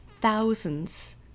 thousands